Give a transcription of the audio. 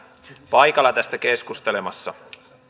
paikalla tästä keskustelemassa